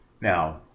now